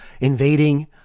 invading